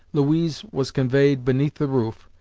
louise was conveyed beneath the roof,